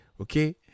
okay